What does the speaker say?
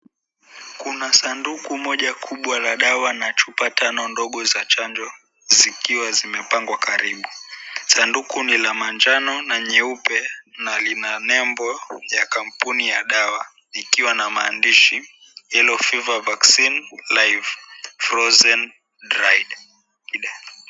Kuna sanduku moja kubwa la dawa na chupa tano ndogo za chanjo zikiwa zimepangwa karibu. Sanduku ni la manjano na nyeupe na lina nembo ya kampuni ya dawa ikiwa na maandishi Yellow Fever Vaccine Live Frozen Dried.